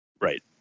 Right